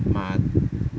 妈的